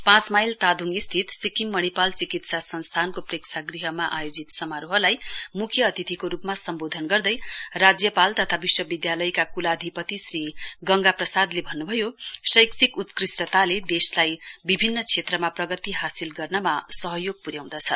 पाँच माईल तादोङ स्थित सिक्किम मणिपाल चिकित्सा संस्थानको प्रेक्षागृहमा आयोजित समारोहलाई मुख्य अतिथिको रूपमा सम्बोधन गर्दै राज्यपाल तथा विश्वविधालयका क्लाधिपति श्री गंगा प्रसादले भन्न्भयो शैक्षिक उत्कृष्टताले देशलाई विभिन्न क्षेत्रमा प्रगति हासिल गर्नमा टेवा प्र्याउँदछ